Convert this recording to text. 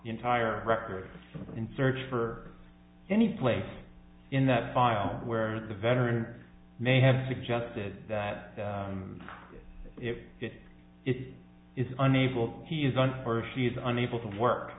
entire record and search for any place in that file where the veteran may have suggested that if it is unable he is on her she is unable to work